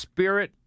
Spirit